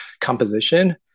composition